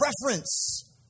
preference